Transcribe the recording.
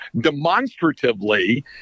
demonstratively